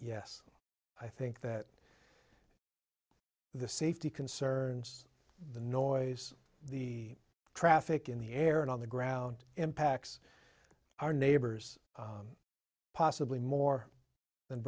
yes i think that the safety concerns the noise the traffic in the air and on the ground impacts our neighbors possibly more than